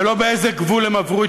ולא איזה גבול הם עברו,